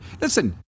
Listen